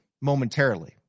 momentarily